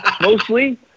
mostly